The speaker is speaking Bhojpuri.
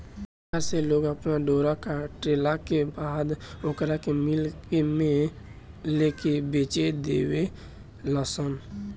चरखा से लोग अपना घरे डोरा कटला के बाद ओकरा के मिल में लेके बेच देवे लनसन